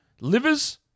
Livers